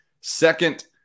second